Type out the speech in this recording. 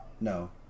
no